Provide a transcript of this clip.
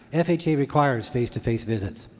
and fha requires face-to-face visits.